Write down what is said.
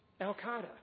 Al-Qaeda